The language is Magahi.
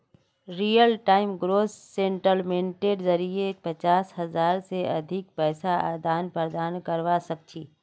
रियल टाइम ग्रॉस सेटलमेंटेर जरिये पचास हज़ार से अधिक पैसार आदान प्रदान करवा सक छी